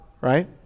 right